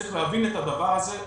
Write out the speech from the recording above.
צריך להבין את הדבר הזה.